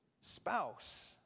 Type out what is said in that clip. spouse